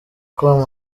com